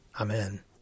Amen